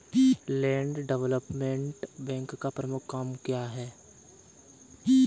Land development bank का प्रमुख काम क्या है?